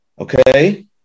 okay